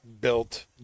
built